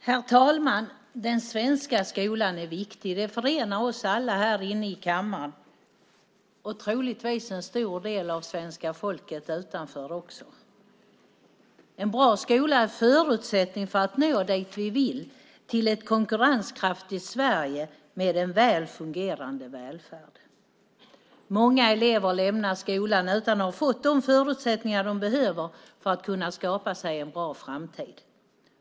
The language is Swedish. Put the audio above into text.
Herr talman! Den svenska skolan är viktig. Den uppfattningen förenar oss alla här inne i kammaren och troligtvis en stor del av svenska folket utanför också. En bra skola är en förutsättning för att nå dit vi vill, till ett konkurrenskraftigt Sverige med en väl fungerande välfärd. Många elever lämnar skolan utan att ha fått de förutsättningar de behöver för att kunna skapa sig en bra framtid.